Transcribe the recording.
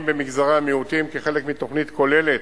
במגזרי המיעוטים כחלק מתוכנית כוללת,